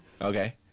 Okay